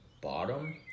bottom